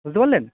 বুঝতে পারলেন